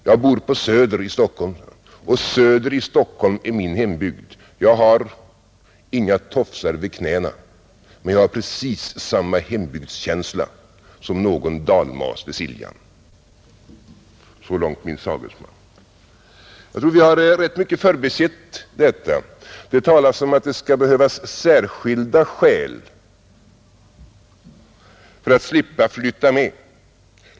Jag bor på Söder i Stockholm och Söder i Stockholm är min hembygd. Jag har inga tofsar vid knäna men jag har precis samma hembygdskänsla som någon dalmas vid Siljan.” — Så långt min sagesman. Jag tror att vi rätt mycket har förbisett detta. Det talas om att det skall behövas särskilda skäl för att slippa flytta med.